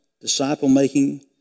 disciple-making